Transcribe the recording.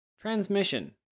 Transmission